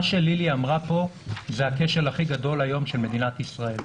מה שלילי אמרה כאן זה הכשל הכי גדול היות של מדינת ישראל.